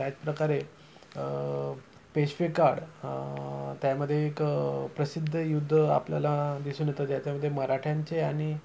त्याचप्रकारे पेशवेकाळ त्यामध्ये एक प्रसिद्ध युद्ध आपल्याला दिसून येतं ज्याच्यामध्ये मराठ्यांचे आणि